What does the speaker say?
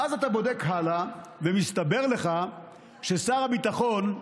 ואז אתה בודק הלאה ומסתבר לך ששר הביטחון,